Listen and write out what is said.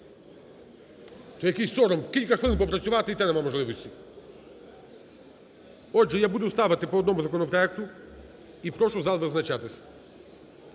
То якийсь сором, кілька хвилин попрацювати і то немає можливості. Отже, я буду ставити по одному законопроекту і прошу зал визначатися.